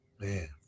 Man